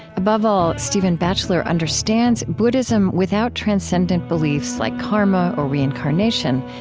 above all, stephen batchelor understands buddhism, without transcendent beliefs like karma or reincarnation,